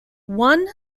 one